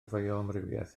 fioamrywiaeth